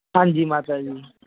ਹਾਂਜੀ ਮਾਤਾ ਜੀ